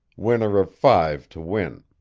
winner of five to win.